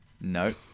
no